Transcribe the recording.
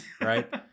right